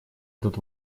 этот